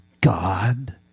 God